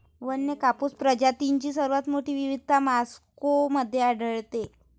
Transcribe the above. वन्य कापूस प्रजातींची सर्वात मोठी विविधता मेक्सिको मध्ये आढळते